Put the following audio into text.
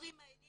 האזורים האלה